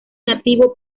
nativo